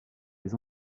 les